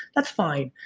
that's fine,